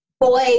boy